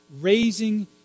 raising